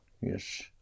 yes